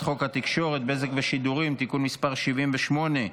חוק התקשורת (בזק ושידורים) (תיקון מס' 78),